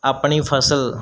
ਆਪਣੀ ਫਸਲ